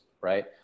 Right